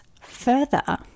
further